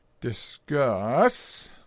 discuss